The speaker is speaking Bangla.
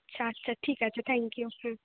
আচ্ছা আচ্ছা ঠিক আছে থ্যাংক ইউ হুম